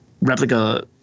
replica